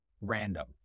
random